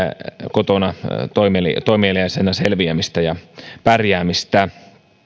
kotona toimeliaana toimeliaana selviämistä ja pärjäämistä